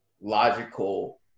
logical